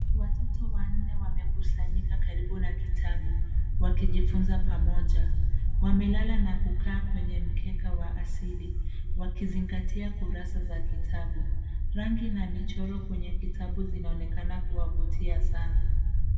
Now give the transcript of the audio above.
Watoto wanne wamekusanyika karibu na kitabu, wakijifunza pamoja. Wamelala na kukaa kwenye mkeka wa asili, wakizingatia kurasa za kitabu. Rangi na michoro kwenye kitabu zinaonekana kuwavutia sana.